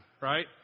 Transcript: right